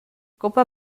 copa